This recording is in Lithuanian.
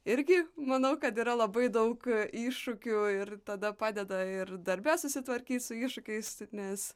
irgi manau kad yra labai daug iššūkių ir tada padeda ir darbe susitvarkyt su iššūkiais nes